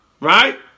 right